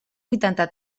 huitanta